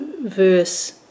verse